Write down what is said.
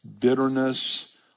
bitterness